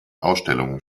ausstellungen